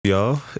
Y'all